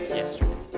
yesterday